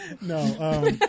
no